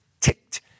ticked